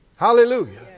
Hallelujah